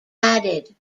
added